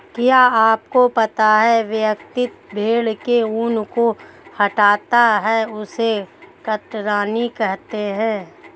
क्या आपको पता है व्यक्ति भेड़ के ऊन को हटाता है उसे कतरनी कहते है?